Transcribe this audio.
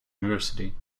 university